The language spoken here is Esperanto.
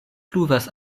pluvas